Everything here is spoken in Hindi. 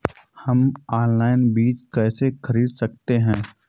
हम ऑनलाइन बीज कैसे खरीद सकते हैं?